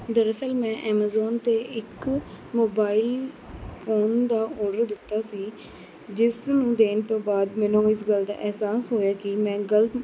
ਦਰਅਸਲ ਮੈਂ ਐਮਾਜ਼ੋਨ 'ਤੇ ਇੱਕ ਮੋਬਾਈਲ ਫੋਨ ਦਾ ਓਡਰ ਦਿੱਤਾ ਸੀ ਜਿਸ ਨੂੰ ਦੇਣ ਤੋਂ ਬਾਦ ਮੈਨੂੰ ਇਸ ਗੱਲ ਦਾ ਅਹਿਸਾਸ ਹੋਇਆ ਕਿ ਮੈਂ ਗਲਤ